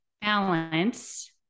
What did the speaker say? balance